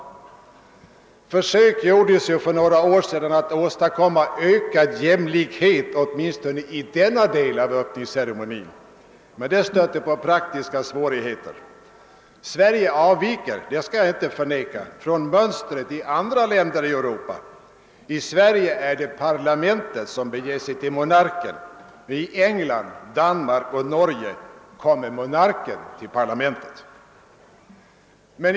Försök gjordes ju för några år sedan alt åstadkomma ökad jämlikhet åtminstone i denna del av öppningsceremonin. Men det stötte på praktiska svårigheter. Sverige avviker — det skall jag inte förneka — från mönstret i andra länder i Europa. I Sverige är det parlamentet som beger sig till monarken. I England, Danmark och Norge kommer monarken till parlamentet.